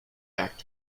back